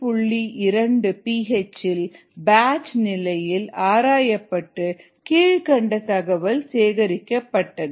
2 P H இல் batch நிலையில் ஆராயப்பட்டு கீழ்க்கண்ட தகவல் சேகரிக்கப்பட்டது